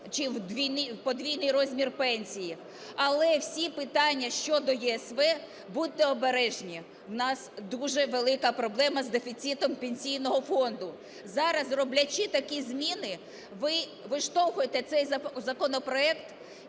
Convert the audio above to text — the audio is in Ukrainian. чи подвійний розмір пенсії, але всі питання щодо ЄСВ - будьте обережні, в нас дуже велика проблема з дефіцитом Пенсійного фонду. Зараз, роблячи такі зміни, ви виштовхуєте цей законопроект,